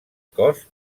cos